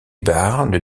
doit